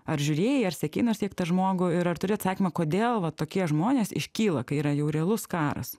ar žiūrėjai ar sekei nors kiek tą žmogų ir ar turi atsakymą kodėl va tokie žmonės iškyla kai yra jau realus karas